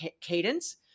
cadence